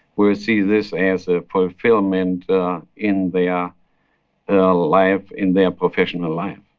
we will see this as a fulfillment in their life in their professional life